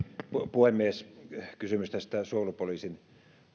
puhemies kysymykseen suojelupoliisin